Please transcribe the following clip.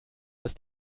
ist